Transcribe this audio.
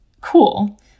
cool